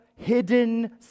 hidden